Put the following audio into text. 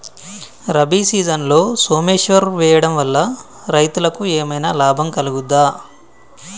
రబీ సీజన్లో సోమేశ్వర్ వేయడం వల్ల రైతులకు ఏమైనా లాభం కలుగుద్ద?